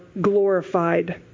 glorified